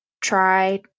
try